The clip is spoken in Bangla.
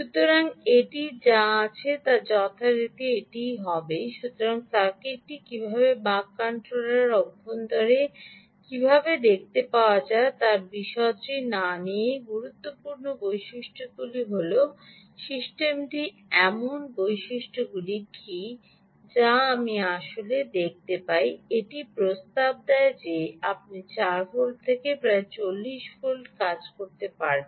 সুতরাং এটি যা আছে তা যথারীতি এটি হবে সুতরাং সার্কিটটি কীভাবে বাক কন্ট্রোলারের অভ্যন্তরে দেখতে পাওয়া যায় তার বিশদটি না নিয়েই গুরুত্বপূর্ণ বৈশিষ্ট্যগুলি হল যা আমি আসলে দেখতে পাই এটি প্রস্তাব দেয় যে আপনি 8 ভোল্ট থেকে প্রায় 40 ভোল্টে কাজ করতে পারবেন